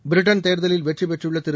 Britain தேர்தலில் வெற்றி பெற்றுள்ள திரு